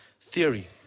theory